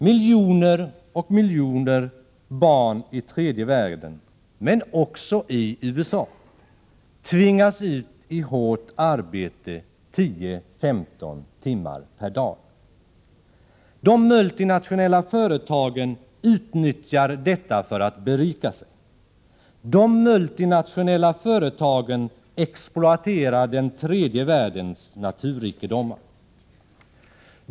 Miljoner och åter miljoner barn i tredje världen — men också i USA - tvingas ut i hårt arbete, 10-15 timmar per dag. De multinationella företagen utnyttjar detta för att berika sig. De multinationella företagen exploaterar tredje världens naturrikedomar.